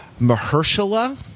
Mahershala